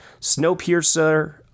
Snowpiercer